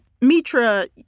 Mitra